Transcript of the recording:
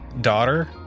daughter